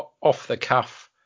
off-the-cuff